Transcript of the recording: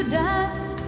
dance